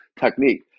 technique